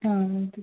ಹಾಂ ಹೌದು